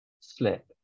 slip